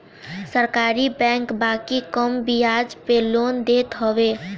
सरकारी बैंक बाकी कम बियाज पे लोन देत हवे